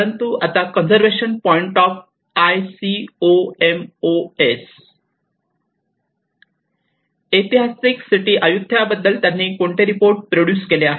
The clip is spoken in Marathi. परंतु कंजर्वेशन पॉईंट ऑफ आयसीओएमओएस ऐतिहासिक सिटी अय्युथय़ा बद्दल त्यांनी कोणते रिपोर्ट प्रोडूस केले आहेत